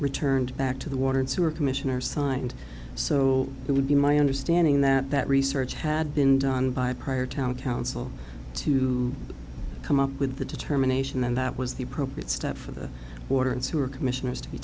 returned back to the water and sewer commissioner signed so it would be my understanding that that research had been done by prior town council to come up with the determination and that was the appropriate step for the water and sewer commissioners to be